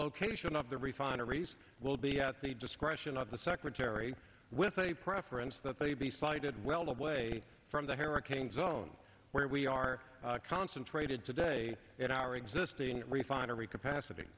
location of the refineries will be at the discretion of the secretary with a preference that they be sited well away from the hurricane zone where we are concentrated today in our existing refinery capacity